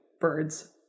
birds